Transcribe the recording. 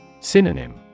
Synonym